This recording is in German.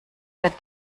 der